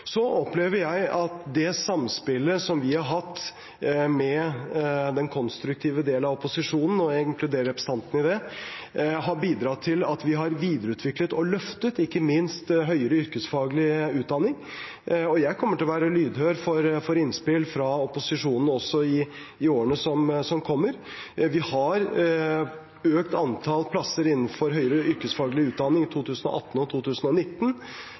Så opplever jeg at det samspillet som vi har hatt med den konstruktive del av opposisjonen, og jeg inkluderer representanten i det, har bidratt til at vi har videreutviklet og løftet ikke minst høyere yrkesfaglig utdanning, og jeg kommer til å være lydhør for innspill fra opposisjonen også i årene som kommer. Vi har økt antall plasser innenfor høyere yrkesfaglig utdanning i 2018 og 2019,